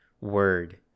word